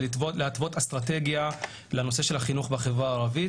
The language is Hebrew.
להתוות אסטרטגיה לנושא של החינוך בחברה הערבית.